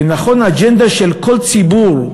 ונכון, האג'נדה של כל ציבור,